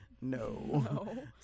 No